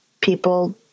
people